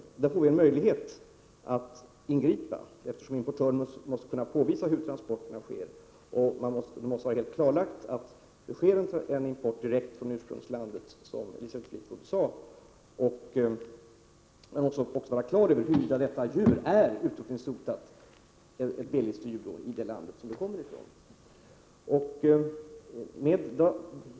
Här får vi en möjlighet att ingripa, eftersom importören måste kunna visa hur transporterna sker. Det måste, som Elisabeth Fleetwood sade, vara helt klarlagt att det sker en import direkt från ursprungslandet. Man måste också vara på det klara med huruvida djuret i fråga är utrotningshotat, dvs. är ett B-listedjur, i det land varifrån det kommer.